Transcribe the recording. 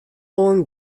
oan